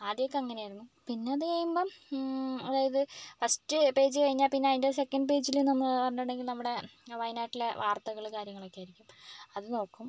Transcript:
ആദ്യമൊക്കെ അങ്ങനെയായിരുന്നു പിന്നെ അത് കഴിയുമ്പം അതായത് ഫസ്റ്റ് പേജ് കഴിഞ്ഞാപ്പിന്നെ അതിൻ്റെ സെക്കൻഡ് പേജിൽ എന്ന് പറഞ്ഞിട്ടുണ്ടെങ്കിൽ നമ്മുടെ വയനാട്ടിലെ വാർത്തകൾ കാര്യങ്ങളൊക്കെ ആയിരിക്കും അത് നോക്കും